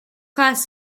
class